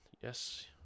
yes